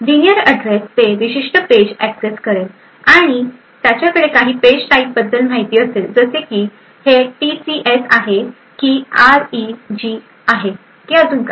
linear address ते विशिष्ट page access करेल आणि त्याच्याकडे काही पेज टाईप बद्दल माहिती असेल जसे की हे टीसीएस आहे की आर इ जी आहे की अजून काही